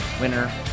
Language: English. Winner